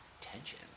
tension